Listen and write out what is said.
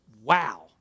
Wow